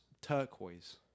turquoise